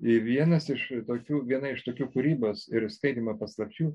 i vienas iš tokių viena iš tokių kūrybos ir skaitymo paslapčių